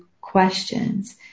questions